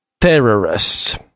Terrorists